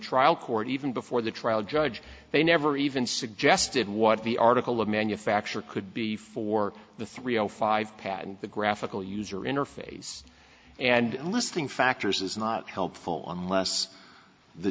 trial court even before the trial judge they never even suggested what the article of manufacture could be for the three zero five patent the graphical user interface and listing factors is not helpful on last the